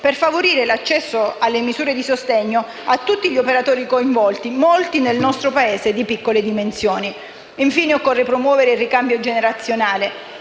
per favorire l'accesso alle misure di sostegno a tutti gli operatori coinvolti, molti nel nostro Paese di piccole dimensioni. Infine, occorre promuovere il ricambio generazionale